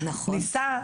ניסה,